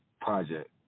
project